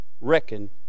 reckon